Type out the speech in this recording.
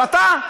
אבל אתה,